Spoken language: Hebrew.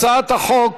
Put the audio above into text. הצעת החוק